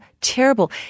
terrible